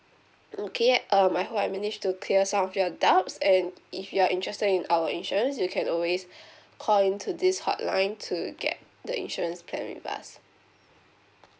okay um I hope I manage to clear some of your doubts and if you're interested in our insurance you can always call in to this hotline to get the insurance plan with us